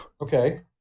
Okay